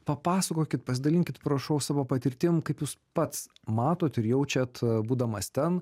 papasakokit pasidalinkit prašau savo patirtim kaip jūs pats matot ir jaučiat būdamas ten